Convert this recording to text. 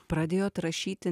pradėjot rašyti